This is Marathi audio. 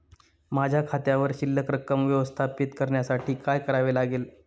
माझ्या खात्यावर शिल्लक रक्कम व्यवस्थापित करण्यासाठी काय करावे लागेल?